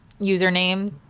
username